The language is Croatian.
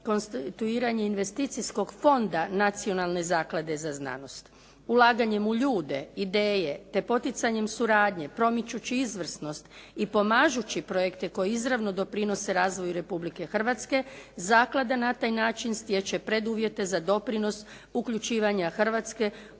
konstituiranje investicijskog fonda Nacionalne zaklade za znanost. Ulaganjem u ljude, ideje te poticanjem suradnje promičući izvrsnost i pomažući projekte koji izravno doprinose razvoju Republike Hrvatske zaklada na taj način stječe preduvjete za doprinos uključivanja Hrvatske u tzv.